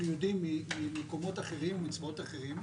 יודעים ממקומות אחרים או מצבאות אחרים,